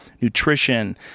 nutrition